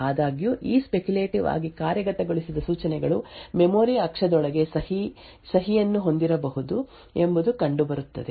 ಆದಾಗ್ಯೂ ಈ ಸ್ಪೆಕ್ಯುಟೇಟಿವ್ಲಿ ಕಾರ್ಯಗತಗೊಳಿಸಿದ ಸೂಚನೆಗಳು ಮೆಮೊರಿ ಅಕ್ಷದೊಳಗೆ ಸಹಿಯನ್ನು ಹೊಂದಿರಬಹುದು ಎಂಬುದು ಕಂಡುಬರುತ್ತದೆ